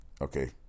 Okay